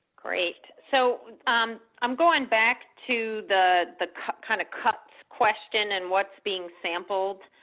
great, so um i'm going back to the kind of cuts question and what's being sampled.